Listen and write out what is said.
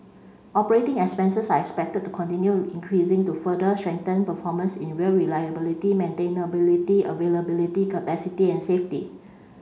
operating expenses are expected to continue increasing to further strengthen performance in rail reliability maintainability availability capacity and safety